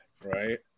right